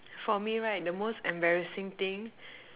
for me right the most embarrassing thing